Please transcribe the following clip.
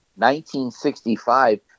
1965